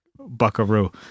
buckaroo